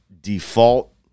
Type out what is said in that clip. default